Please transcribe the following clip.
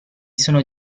sono